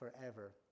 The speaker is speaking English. forever